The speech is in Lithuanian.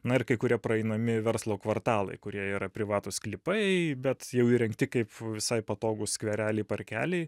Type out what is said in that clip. na ir kai kurie praeinami verslo kvartalai kurie yra privatūs sklypai bet jau įrengti kaip visai patogūs skvereliai parkeliai